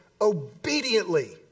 obediently